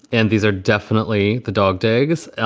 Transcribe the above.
and these are definitely the dog days.